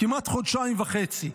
כמעט חודשיים וחצי.